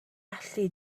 allu